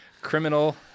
criminal